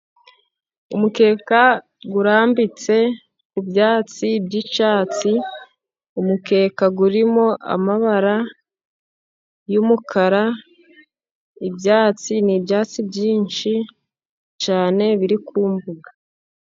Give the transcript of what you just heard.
Umukeka urambitse ku byatsi by'icyatsi, umukeka urimo amabara y'umukara, ibyatsi ni byatsi byinshi cyane biri ku mbuga.